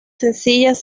sencillas